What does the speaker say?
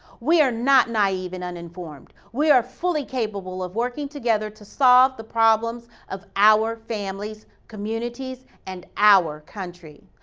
we are not naive and uninformed. we are fully capable of working together to solve the problem of our families, communities, and our country.